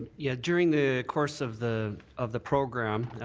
yeah during the course of the of the program,